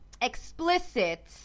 explicit